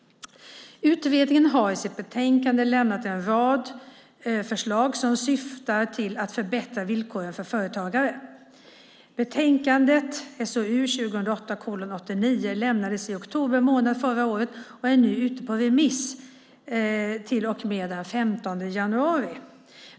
Utredningen har i sitt betänkande lämnat en rad förslag som syftar till att förbättra villkoren för företagare. Betänkandet lämnades i oktober månad förra året och är nu ute på remiss till och med den 15 januari.